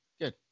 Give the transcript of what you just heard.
Good